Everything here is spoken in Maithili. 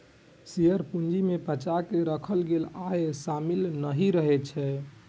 शेयर पूंजी मे बचा कें राखल गेल आय शामिल नहि रहै छै